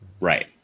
Right